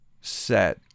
set